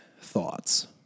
thoughts